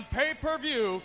pay-per-view